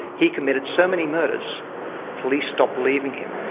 he committed so many murders police stopped believing him.